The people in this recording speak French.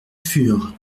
furent